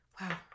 Wow